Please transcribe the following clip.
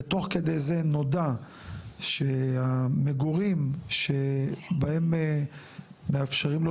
ותוך כדי זה נודע שהמגורים שבהם מאפשרים לו